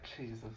Jesus